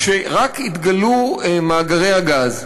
כשרק התגלו מאגרי הגז,